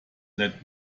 let